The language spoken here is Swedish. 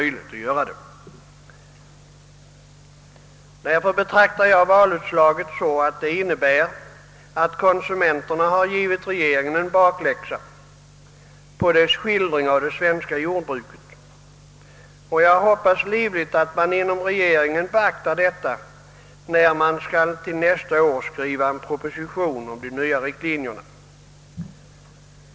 Jag betraktar valutslaget så att det innebär att konsumenterna har givit regeringen bakläxa på dess skildring av det svenska jordbruket. Jag hoppas livligt att man inom regeringen beaktar detta när man till nästa år skall skriva en proposition om de nya riktlinjerna.